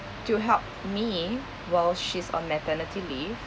to help me while she's on maternity leave